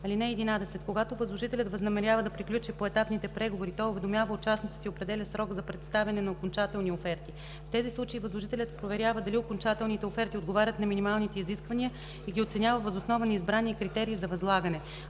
им. (11) Когато възложителят възнамерява да приключи поетапните преговори, той уведомява участниците и определя срок за представяне на окончателни оферти. В тези случаи възложителят проверява дали окончателните оферти отговарят на минималните изисквания и ги оценява въз основа на избрания критерий за възлагане.